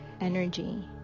energy